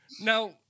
Now